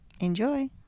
enjoy